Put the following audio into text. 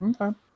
okay